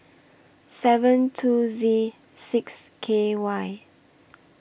seven two Z six K Y